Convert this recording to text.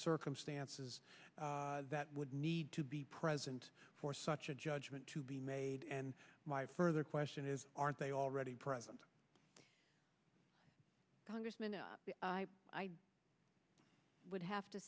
circumstances that would need to be present for such a judgment to be made and further question is aren't they already present congressman i would have to